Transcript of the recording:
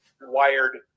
wired